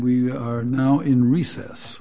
we are now in recess